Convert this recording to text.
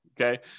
Okay